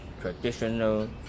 traditional